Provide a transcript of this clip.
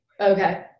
Okay